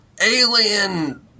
alien